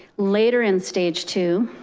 later in stage two,